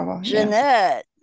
Jeanette